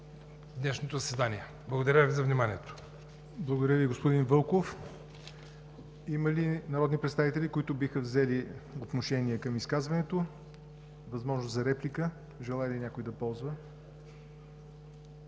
днешното заседание. Благодаря Ви за вниманието. ПРЕДСЕДАТЕЛ ЯВОР НОТЕВ: Благодаря Ви, господин Вълков. Има ли народни представители, които биха взели отношение към изказването? Възможност за реплика желае ли някой да ползва?